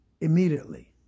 immediately